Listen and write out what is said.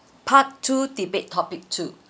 part two debate topic two